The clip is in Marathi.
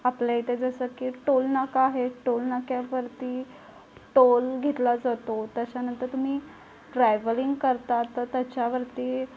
आपल्या इथे जसं की टोलनाका आहे टोलनाक्यावरती टोल घेतला जातो त्याच्यानंतर तुम्ही ट्रॅव्हलिंग करता तर त्याच्यावरती